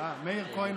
מאיר כהן.